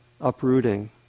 uprooting